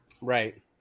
right